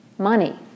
money